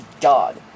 God